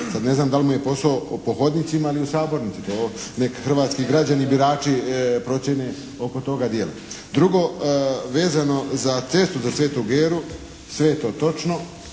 Sad ne znam da li mu je posao po hodnicima ili u sabornicima, to nek hrvatski građani i birači procijene oko toga djela. Drugo, vezano za cestu za Svetu Geru sve je to točno,